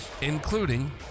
including